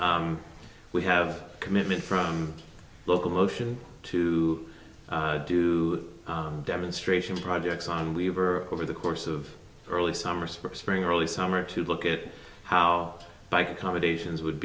we have a commitment from local motion to do demonstration projects on weaver over the course of early summer spring or early summer to look at how bike accommodations would